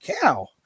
cow